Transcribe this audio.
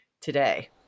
today